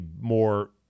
more